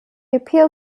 appeal